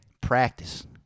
Practice